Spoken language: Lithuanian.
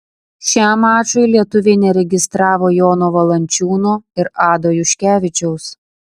šiam mačui lietuviai neregistravo jono valančiūno ir ado juškevičiaus